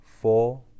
four